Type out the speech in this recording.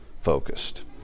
focused